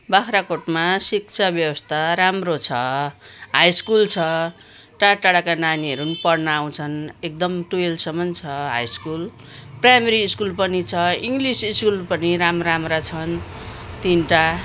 बाख्राकोटमा शिक्षा व्यवस्था राम्रो छ हाई स्कुल छ टाढा टाढाका नानीहरू पनि पढ्न आउँछन् एकदम ट्वेल्भसम्म छ हाई स्कुल प्राइमेरी स्कुल पनि छ इङ्लिस स्कुल पनि राम्रा राम्रा छन् तिनवटा